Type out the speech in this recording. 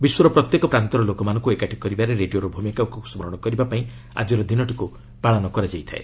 ବିଶ୍ୱର ପ୍ରତ୍ୟେକ ପ୍ରାନ୍ତର ଲୋକମାନଙ୍କୁ ଏକାଠି କରିବାରେ ରେଡିଓର ଭୂମିକାକୁ ସ୍କରଣ କରିବା ପାଇଁ ଆଜିର ଦିନଟିକୁ ପାଳନ କରାଯାଇଥାଏ